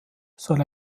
soll